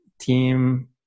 team